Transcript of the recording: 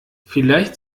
vielleicht